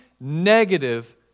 negative